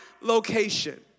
location